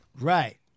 right